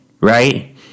right